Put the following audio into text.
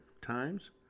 times